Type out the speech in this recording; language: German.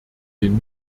den